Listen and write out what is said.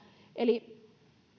eli